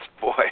Boy